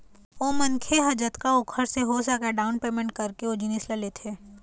ओ मनखे ह जतका ओखर से हो सकय डाउन पैमेंट करके ओ जिनिस ल लेथे